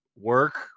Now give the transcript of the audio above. work